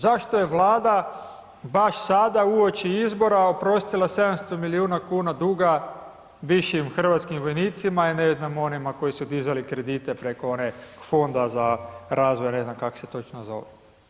Zašto je Vlada baš sada uoči izbora oprostila 700 miliona kuna duga višim hrvatskim vojnicima i ne znam onima koji su dizali kredite one fonda za razvoj, ne znam kak se točno zove.